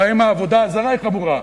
הבעיה עם העבודה הזרה היא החמורה.